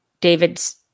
David's